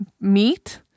meat